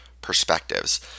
perspectives